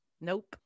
Nope